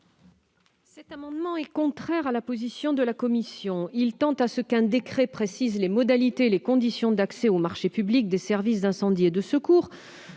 Cet amendement est contraire à la position de la commission. Il tend à ce qu'un décret précise les modalités et les conditions d'accès aux marchés publics des SDIS, afin de garantir